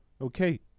okay